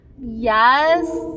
Yes